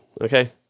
Okay